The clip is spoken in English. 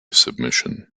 submission